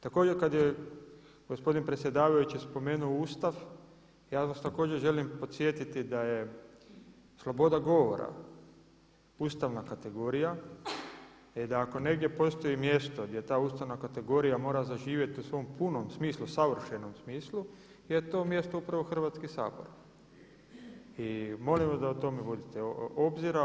Također kada je gospodin predsjedavajući spomenuo Ustav ja vas također želim podsjetiti da je sloboda govora ustavna kategorija i da ako negdje postoji mjesto gdje ta ustavna kategorija mora zaživjeti u svom punom smislu, savršenom smislu je to mjesto upravo Hrvatski sabor i molim vas da o tome vodite obzira.